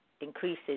increases